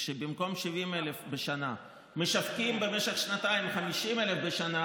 כשבמקום 70,000 בשנה משווקים במשך שנתיים 50,000 בשנה,